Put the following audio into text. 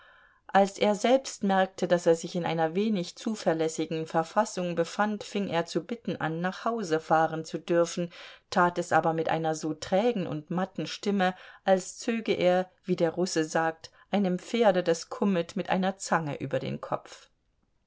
als er selbst merkte daß er sich in einer wenig zuverlässigen verfassung befand fing er zu bitten an nach hause fahren zu dürfen tat es aber mit einer so trägen und matten stimme als zöge er wie der russe sagt einem pferde das kummet mit einer zange über den kopf